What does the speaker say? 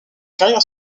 carrière